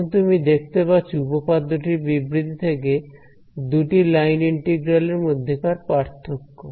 এখন তুমি দেখতে পাচ্ছো উপপাদ্য টির বিবৃতি থেকে দুটি লাইন ইন্টিগ্রাল এর মধ্যেকার পার্থক্য